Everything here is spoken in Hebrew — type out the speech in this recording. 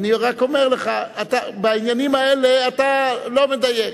אני רק אומר לך, בעניינים האלה, אתה לא מדייק,